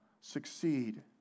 succeed